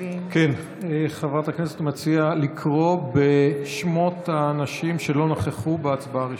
מזכירת הכנסת מציעה לקרוא בשמות האנשים שלא נכחו בהצבעה הראשונה.